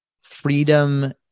freedom